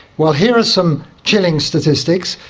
well, here are some chilling statistics.